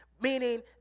Meaning